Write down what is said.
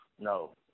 No